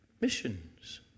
missions